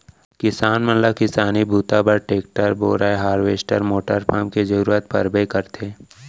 किसान मन ल किसानी बूता बर टेक्टर, बोरए हारवेस्टर मोटर पंप के जरूरत परबे करथे